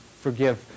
forgive